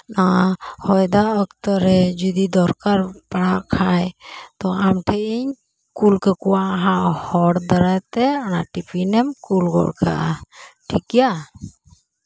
ᱦᱚᱭ ᱫᱟᱜ ᱚᱠᱛᱚ ᱨᱮ ᱡᱩᱫᱤ ᱫᱚᱨᱠᱟᱨ ᱯᱟᱲᱟᱜ ᱠᱷᱟᱡ ᱛᱚ ᱟᱢ ᱴᱷᱮᱡ ᱤᱧ ᱠᱩᱞ ᱠᱟᱠᱚᱣᱟ ᱦᱚᱲ ᱫᱟᱨᱟᱭᱛᱮ ᱚᱱᱟ ᱴᱤᱯᱷᱤᱱ ᱮᱢ ᱠᱩᱞ ᱜᱚᱜ ᱠᱟᱜᱼᱟ ᱴᱷᱤᱠ ᱜᱮᱭᱟ